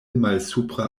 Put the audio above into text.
malsupra